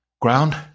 Ground